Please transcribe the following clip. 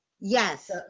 yes